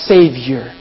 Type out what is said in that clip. Savior